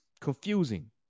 confusing